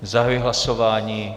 Zahajuji hlasování.